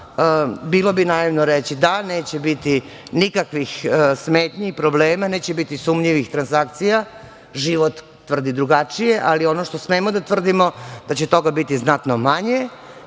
bilo bi naivno reći da neće biti nikakvih smetnji i problema, neće biti sumnjivih transakcija, život tvrdi drugačije. Ali ono što smemo da tvrdimo je da će toga biti znatno manje,